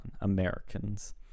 Americans